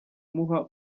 umuha